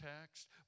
text